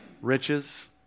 riches